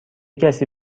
کسی